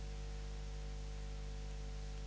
Hvala vam